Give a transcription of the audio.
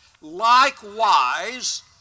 Likewise